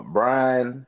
Brian